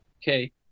Okay